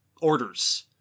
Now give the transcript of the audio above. orders